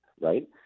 right